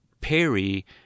Perry